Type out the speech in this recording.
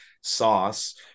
sauce